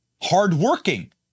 hardworking